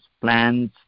plans